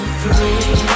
free